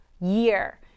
year